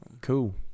Cool